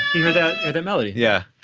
hear the and melody, yeah